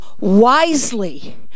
wisely